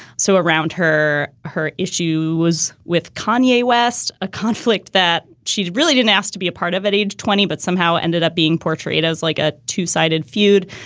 so around her, her issue was with konya west, a conflict that she really didn't ask to be a part of at age twenty, but somehow ended up being portrayed as like a two sided feud.